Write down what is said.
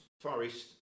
Forest